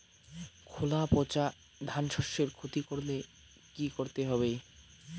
খোলা পচা ধানশস্যের ক্ষতি করলে কি করতে হবে?